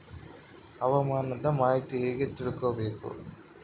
ಹವಾಮಾನದ ಮಾಹಿತಿ ಹೇಗೆ ತಿಳಕೊಬೇಕು?